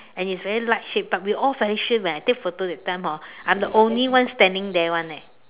and it's very light shaped but we all very sure when I take photo that time hor I'm the only one standing there [one] leh